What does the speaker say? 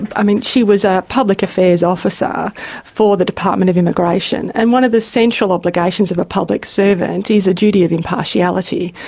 i mean, she was a public affairs officer for the department of immigration, and one of the central obligations of a public servant is a duty of impartiality.